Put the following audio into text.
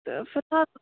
تہٕ